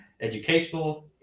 educational